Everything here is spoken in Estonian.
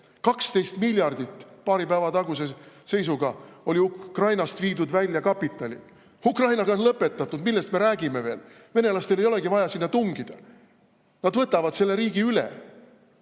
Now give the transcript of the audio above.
12 miljardit paari päeva taguse seisuga oli Ukrainast viidud välja kapitali. Ukrainaga on lõpetatud, millest me räägime veel? Venelastel ei olegi vaja sinna tungida. Nad võtavad selle riigi üle,